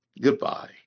Goodbye